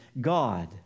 God